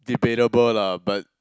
debatable lah but